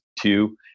Two